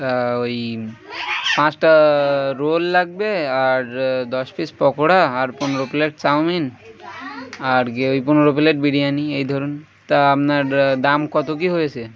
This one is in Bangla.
তা ওই পাঁচটা রোল লাগবে আর দশ পিস পকোড়া আর পনেরো প্লেট চাউমিন আর কি ওই পনেরো প্লেট বিরিয়ানি এই ধরুন তা আপনার দাম কত কি হয়েছে